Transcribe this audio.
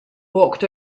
walked